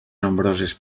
nombroses